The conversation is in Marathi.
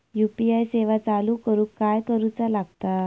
यू.पी.आय सेवा चालू करूक काय करूचा लागता?